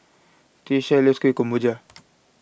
Tyesha loves Kueh Kemboja